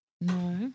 No